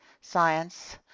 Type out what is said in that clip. science